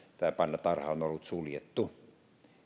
tämä pandatarha on ollut suljettu